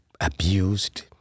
abused